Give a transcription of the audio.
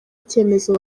icyemezo